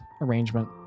arrangement